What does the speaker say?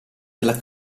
della